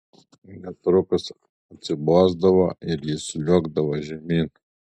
netrukus atsibosdavo ir jis sliuogdavo žemyn